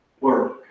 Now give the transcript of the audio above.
work